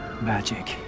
Magic